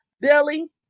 Billy